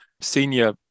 senior